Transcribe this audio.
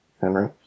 Henry